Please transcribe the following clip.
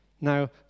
Now